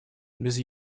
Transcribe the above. без